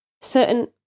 certain